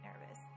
nervous